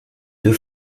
deux